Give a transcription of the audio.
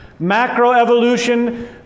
Macroevolution